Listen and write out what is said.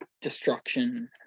destruction